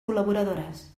col·laboradores